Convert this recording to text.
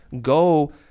Go